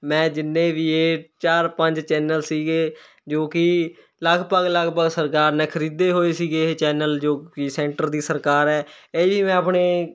ਮੈਂ ਜਿੰਨੇ ਵੀ ਇਹ ਚਾਰ ਪੰਜ ਚੈਨਲ ਸੀਗੇ ਜੋ ਕਿ ਲਗਭਗ ਲਗਭਗ ਸਰਕਾਰ ਨੇ ਖਰੀਦੇ ਹੋਏ ਸੀਗੇ ਇਹ ਚੈਨਲ ਜੋ ਕਿ ਸੈਂਟਰ ਦੀ ਸਰਕਾਰ ਹੈ ਇਹ ਵੀ ਮੈਂ ਆਪਣੇ